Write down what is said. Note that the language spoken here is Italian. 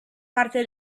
parte